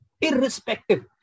Irrespective